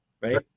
right